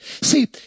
see